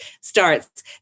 starts